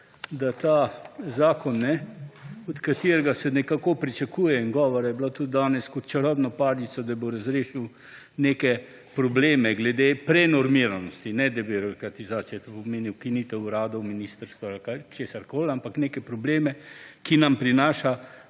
da ta zakon od katerega se nekako pričakuje in govora je bilo tudi danes kot čarobno palico, da bo razrešil neke probleme glede prenormiranosti, ne debirokratizacije. To pomeni, ukinitev uradov ministrstva ali česarkoli, ampak neke probleme, ki nam prinaša